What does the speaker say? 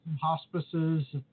hospices